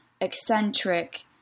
eccentric